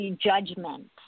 judgment